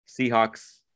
Seahawks